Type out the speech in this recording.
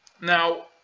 Now